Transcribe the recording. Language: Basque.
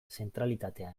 zentralitatea